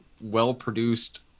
well-produced